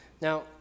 Now